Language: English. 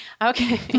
Okay